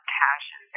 passion